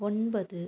ஒன்பது